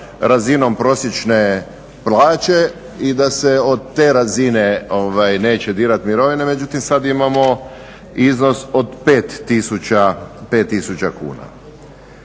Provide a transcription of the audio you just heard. razinom prosječne plaće i da se od te razine neće dirati mirovine, međutim sada imamo iznos od 5000 kuna.